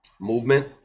movement